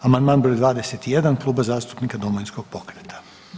Amandman br. 21 Kluba zastupnika Domovinskog pokreta.